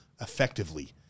effectively